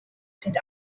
sind